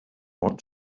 want